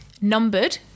numbered